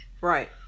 right